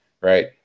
right